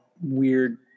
weird